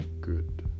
good